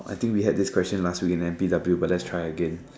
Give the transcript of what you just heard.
I think we had this question last week at A_M_P_W but let's try again